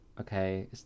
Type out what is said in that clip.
okay